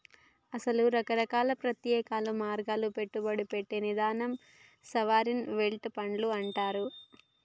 అసలు రకరకాల ప్రత్యామ్నాయ మార్గాల్లో పెట్టుబడి పెట్టే నిధిని సావరిన్ వెల్డ్ ఫండ్లు అంటారు